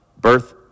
birth